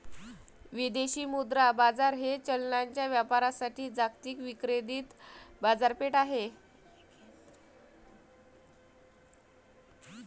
विदेशी मुद्रा बाजार हे चलनांच्या व्यापारासाठी जागतिक विकेंद्रित बाजारपेठ आहे